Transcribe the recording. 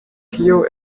kio